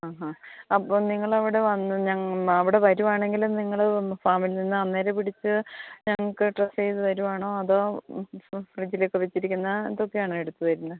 ആ ഹാ അപ്പം നിങ്ങളെ അവിടെ വന്നു അവിടെ വരികയാണെങ്കിൽ നിങ്ങൾ ഫാമിൽ നിന്ന് അന്നേരം പിടിച്ചു ഞങ്ങൾക്ക് ഡ്രസ് ചെയ്തു തരികയാണോ അതോ ഫ്രിഡ്ജിലൊക്കെ വച്ചിരിക്കുന്ന ഇതൊക്കെയാണോ എടുത്ത് തരുന്നത്